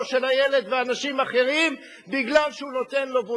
של הילד ושל אנשים אחרים מפני שהוא נותן לו,